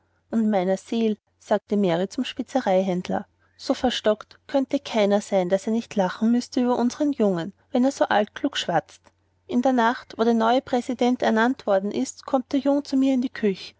und meiner seel sagte mary zu dem spezereihändler so verstockt könnte keiner sein daß er nicht lachen müßte über unsern jungen wenn er so altklug schwatzt in der nacht wo der neue präsident ernannt worden ist kommt der jung zu mir in die küch